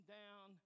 down